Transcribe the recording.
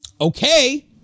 Okay